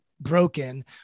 broken